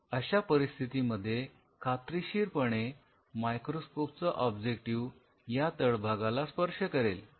अशा परिस्थितीमध्ये अगदी खात्रीशीरपणे मायक्रोस्कोपचा ऑब्जेक्टिव्ह या तळभागाला स्पर्श करेल